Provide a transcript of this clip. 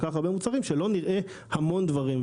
כך הרבה מוצרים שלא נראה המון דברים.